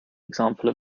example